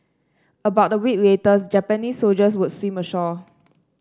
about a week later Japanese soldiers would swim ashore